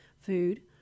food